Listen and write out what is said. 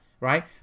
right